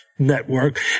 Network